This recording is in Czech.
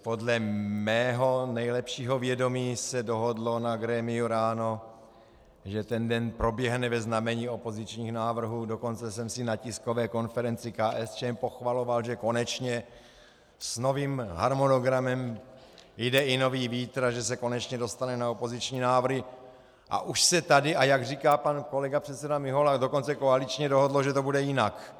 Podle mého nejlepšího vědomí se dohodlo na grémiu ráno, že ten den proběhne ve znamení opozičních návrhů, dokonce jsem si na tiskové konferenci KSČM pochvaloval, že konečně s novým harmonogramem jde i nový vítr a že se konečně dostane na opoziční návrhy, a už se tady, a jak říká pan kolega předseda Mihola, dokonce koaličně dohodlo, že to bude jinak.